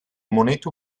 moneta